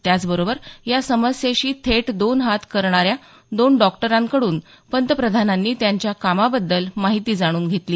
त्याचबरोबर या समस्येशी थेट दोन हात करणाऱ्या दोन डॉक्टरांकडून पंतप्रधानांनी त्यांच्या कामाबद्दल माहिती जाणून घेतली